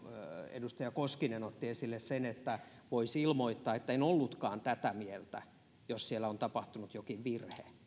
edustaja koskinen otti esille sen että voisi ilmoittaa että en ollutkaan tätä mieltä jos siellä on tapahtunut jokin virhe